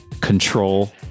control